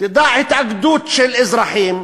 תדע התאגדות של אזרחים,